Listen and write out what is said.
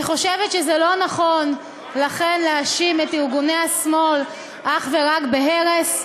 אני חושבת שזה לא נכון להאשים את ארגוני השמאל אך ורק בהרס.